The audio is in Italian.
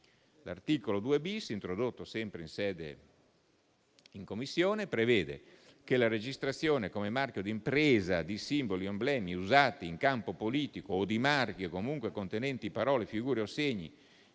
L'articolo 2-*bis*, introdotto sempre in Commissione, prevede che la registrazione come marchio di impresa di simboli o emblemi usati in campo politico, o di marche comunque contenenti parole, figure o segni